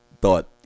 thought